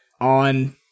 On